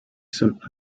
some